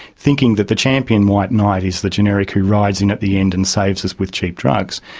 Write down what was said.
thinking that the champion white knight is the generic who rides in at the end and saves us with cheap drugs.